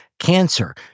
cancer